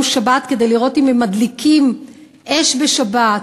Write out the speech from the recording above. שבת כדי לראות אם הם מדליקים אש בשבת,